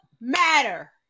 matter